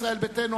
ישראל ביתנו,